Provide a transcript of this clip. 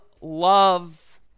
love